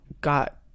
got